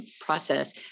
process